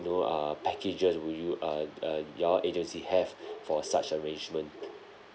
you know err packages will you uh uh your agency have for such arrangement